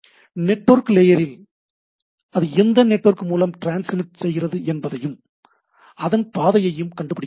network லேயரில் அது எந்த நெட்வொர்க் மூலம் டிரான்ஸ்மிட் செய்கிறது என்பதையும் அதன் பாதையையும் கண்டுபிடிக்க முடியும்